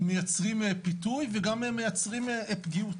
מייצרים פיתוי וגם מייצרים פגיעות.